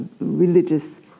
religious